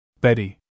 Betty